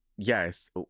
Yes